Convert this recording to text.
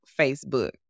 Facebook